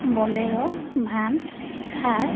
bolero van Thar